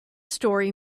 story